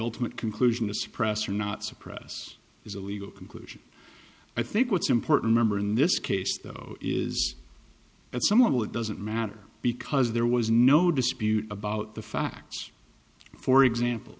ultimate conclusion to suppress or not suppress is a legal conclusion i think what's important member in this case though is that someone will it doesn't matter because there was no dispute about the facts for example